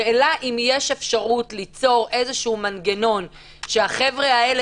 האם יש אפשרות ליצור איזשהו מנגנון, שהם יתאמנו?